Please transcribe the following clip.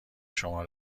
شما